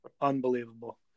Unbelievable